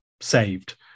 saved